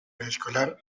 preescolar